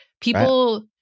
people